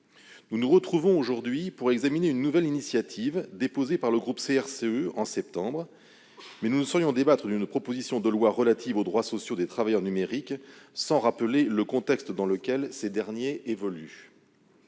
Nous nous retrouvons aujourd'hui pour examiner un texte déposé par le groupe CRCE au mois de septembre. Nous ne saurions débattre d'une proposition de loi relative aux droits sociaux des travailleurs numériques sans rappeler le contexte dans lequel ces derniers évoluent.